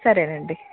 సరే అండి